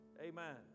Amen